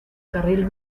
carril